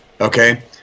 Okay